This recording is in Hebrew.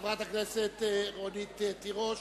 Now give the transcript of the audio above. חברת הכנסת רונית תירוש,